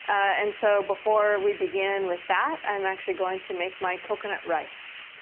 and so before we begin with that i'm actually going to make my coconut rice.